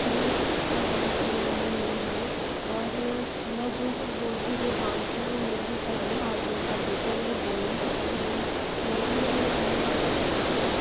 पूरी इच्छा पूरी की है उन्होंने मेरे लिए और मैं जो कुछ बोलती हूँ जो माँगती हूँ वो मेरे लिए पहले हाज़िर कर देते हैं मेरे बोलने से पहले ही मेरे लिए मेरे मम्मी पापा सब कुछ है